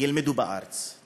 ילמדו בארץ.